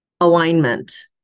Alignment